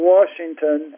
Washington